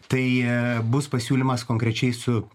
tai bus pasiūlymas konkrečiai su